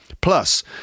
Plus